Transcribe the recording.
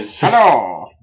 hello